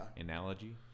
Analogy